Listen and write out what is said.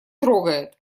трогает